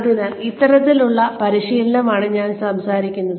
അതിനാൽ ഇത്തരത്തിലുള്ള പരിശീലനമാണ് ഞാൻ സംസാരിക്കുന്നത്